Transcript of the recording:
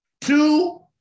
Two